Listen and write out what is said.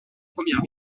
première